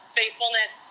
faithfulness